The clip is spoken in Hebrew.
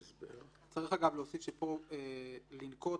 צריך להוסיף פה "לנקוט,